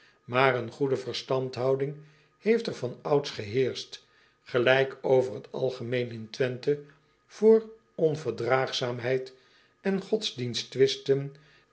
maar een goede verstandhouding heeft er van ouds geheerscht gelijk over t algemeen in wenthe voor onverdraagzaamheid en